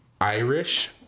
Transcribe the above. Irish